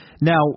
now